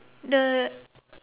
the